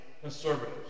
conservatives